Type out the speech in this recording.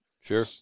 Sure